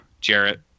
Jarrett